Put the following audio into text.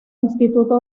instituto